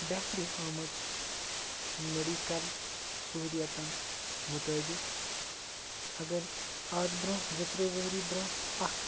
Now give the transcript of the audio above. بہتری آمٕژ میٚڈِکل سہوٗلیتَن مُطٲبِق اگر آز برٛونٛہہ زٕ ترٛےٚ ؤری برٛونٛہہ اَکھ